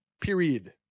period